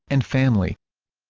and family